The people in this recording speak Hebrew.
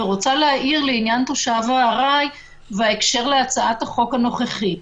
ורוצה להעיר לעניין תושב הארעי וההקשר להצעת החוק הנוכחית.